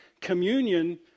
communion